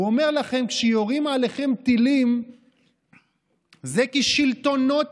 הוא אומר לכם: כשיורים עליכם טילים זה כי שלטונות